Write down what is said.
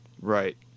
Right